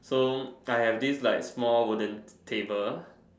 so I have this like small wooden table